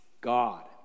God